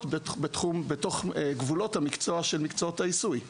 בתוך גבולות המקצוע של מקצועות העיסוי.